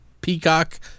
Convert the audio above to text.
Peacock